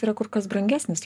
yra kur kas brangesnis